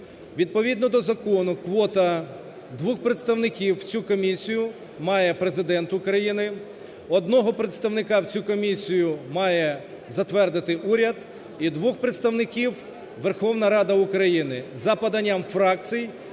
Відповідно до закону квота: двох представників у цю комісію має Президент України, одного представника в цю комісію має затвердити уряд. І двох представників Верховна Рада України: за поданням фракцій,